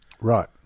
Right